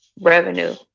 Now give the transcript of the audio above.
revenue